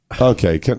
Okay